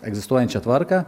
egzistuojančią tvarką